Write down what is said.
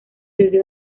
desde